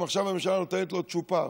עכשיו הממשלה גם נותנת לו צ'ופר.